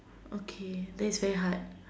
okay that's very hard